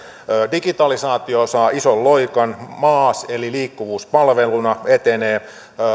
digitalisaatio saa ison loikan maas eli liikkuvuus palveluna etenee